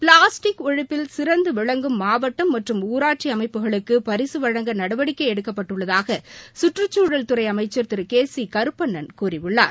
plastic ஒழிப்பில் சிறந்து விளங்கும் மாவட்டம் மற்றும் ஊராட்சி அமைப்புகளுக்கு பரிசு வழங்க நடவடிக்கை எடுக்கப்பட்டுள்ளதாக கற்றுக்குழல் துறை அமைச்சர் திரு கே சி கருப்பணன் கூறியுள்ளார்